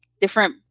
different